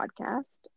podcast